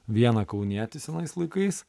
vieną kaunietį senais laikais